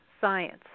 science